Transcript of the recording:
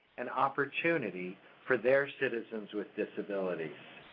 and opportunity for their citizens with disabilities.